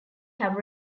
have